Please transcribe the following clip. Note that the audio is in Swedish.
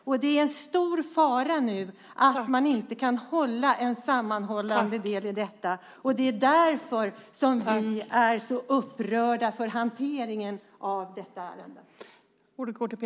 Faran är nu stor att man inte kan ha en sammanhållen del i detta avseende. Det är därför som vi är så upprörda över hanteringen av detta ärende.